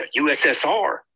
USSR